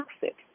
toxic